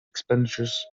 expenditures